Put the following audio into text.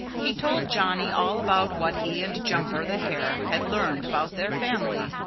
he told johnny all about what he and jumper the hare had learned about their family,